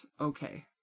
okay